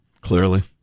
Clearly